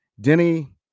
Denny